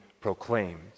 proclaimed